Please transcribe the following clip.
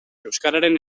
euskararen